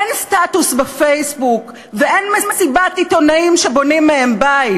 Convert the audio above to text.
אין סטטוס בפייסבוק ואין מסיבת עיתונאים שבונים מהם בית,